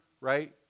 right